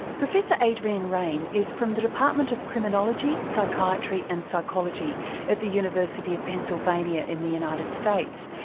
professor adrian raine is from the department of criminology, psychiatry and psychology at the university of pennsylvania in the united states.